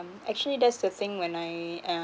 actually that's the thing when I